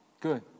Good